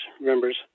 remembers